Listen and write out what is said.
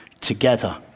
together